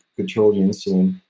control your insulin,